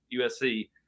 USC